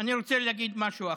אני רוצה להגיד משהו אחר.